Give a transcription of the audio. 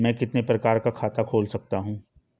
मैं कितने प्रकार का खाता खोल सकता हूँ?